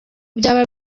byaba